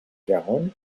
garonne